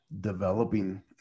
developing